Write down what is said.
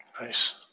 Nice